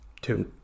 two